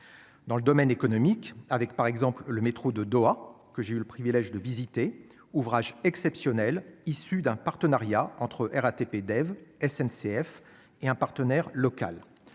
dans le domaine économique, avec par exemple le métro de Doha que j'ai eu le privilège de visiter ouvrage exceptionnel issu d'un partenariat entre RATP Dev SNCF et un partenaire local,